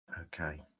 Okay